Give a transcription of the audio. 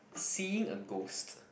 seeing a ghost